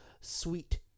sweet